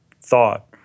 thought